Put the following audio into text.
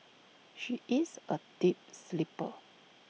she is A deep sleeper